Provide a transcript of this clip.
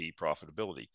profitability